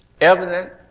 evident